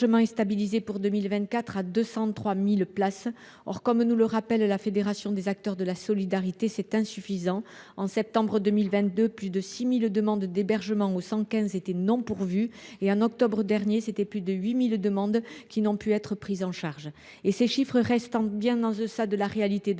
d’hébergement est stabilisé pour 2024 à 203 000 places. Or, comme nous le rappelle la Fédération des acteurs de la solidarité, ce niveau est insuffisant : en septembre 2022, plus de 6 000 demandes d’hébergement au 115 n’ont pas été pourvues ; en octobre dernier, plus de 8 000 demandes n’ont pu être prises en charge. Ces chiffres restent bien en deçà de la réalité. De nombreuses